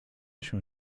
się